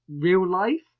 Real-life